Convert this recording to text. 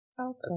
Okay